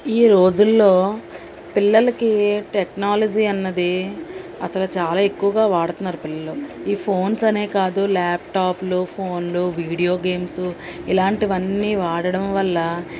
ఈ రోజులలో పిల్లలకి టెక్నాలజీ అన్నది అసలు చాలా ఎక్కువగా వాడతున్నారు పిల్లలు ఈ ఫోన్స్ అనే కాదు లాప్టాప్లు ఫోన్లు వీడియో గేమ్సు ఇలాంటివి అన్నీ వాడడం వల్ల